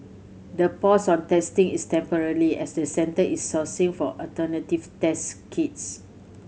the pause on testing is temporarily as the Centre is sourcing for alternative test kits